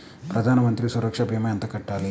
ప్రధాన మంత్రి సురక్ష భీమా ఎంత కట్టాలి?